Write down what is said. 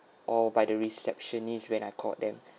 or by the receptionist when I called them